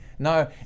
No